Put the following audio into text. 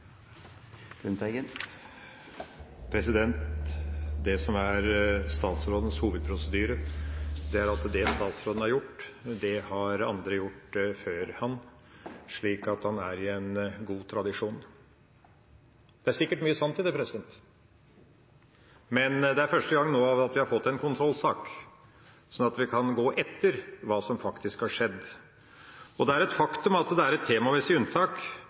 statsrådens hovedprosedyre, er at det statsråden har gjort, det har andre gjort før han. Så han er i en god tradisjon. Det er sikkert mye sant i det, men det er første gang vi har fått en kontrollsak, sånn at vi kan gå etter hva som faktisk har skjedd. Det er et faktum at det er et temamessig unntak